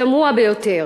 תמוה ביותר,